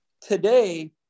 today